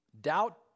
Doubt